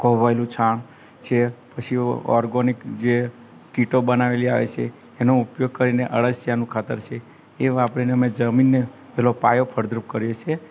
કોહવાયેલું છાણ છે પછી ઓર્ગોનિક જે કીટો બનાવેલી આવે છે એનો ઉપયોગ કરીને અળસિયાનું ખાતર છે એવાં આપણે ને અમે જમીનને પહેલો પાયો ફળદ્રુપ કરીએ છીએ